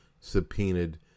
subpoenaed